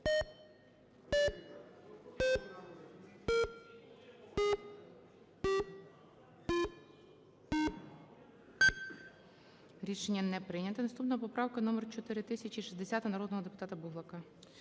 Рішення не прийнято. Наступна поправка - номер 4063, народного депутата Давиденка.